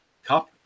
Cup